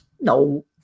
no